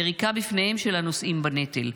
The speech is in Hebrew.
יריקה בפניהם של הנושאים בנטל,